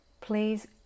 please